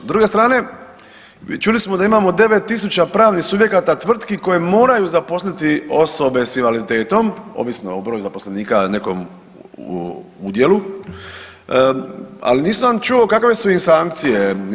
S druge strane čuli smo da imamo 9.000 pravnih subjekata tvrtki koje moraju zaposliti osobe s invaliditetom ovisno o broju zaposlenika u nekom udjelu, ali nisam čuo kakve su im sankcije.